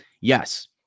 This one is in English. yes